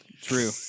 True